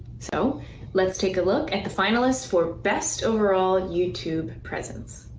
so let's take a look at the finalists for best overall youtube presents.